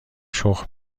شخم